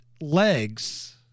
Legs